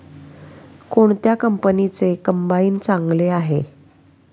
कोणत्या कंपनीचे कंबाईन चांगले आहे?